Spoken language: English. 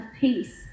peace